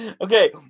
Okay